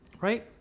right